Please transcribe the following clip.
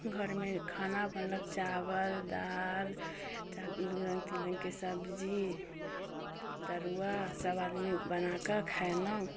घरमे खाना बनलक चावल दालि दू रङ्ग तीन रङ्गके सब्जी तरुआ सभ आदमी बनाकऽ खेनहुँ